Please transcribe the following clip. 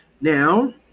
now